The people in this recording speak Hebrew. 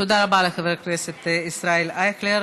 תודה רבה לחבר הכנסת ישראל אייכלר.